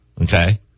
Okay